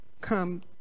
come